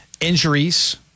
injuries